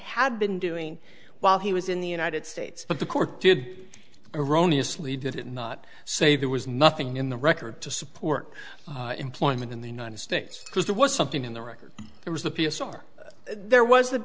had been doing while he was in the united states but the court did erroneous lead to did not say there was nothing in the record to support employment in the united states because there was something in the record there was the p s r there was